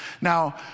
Now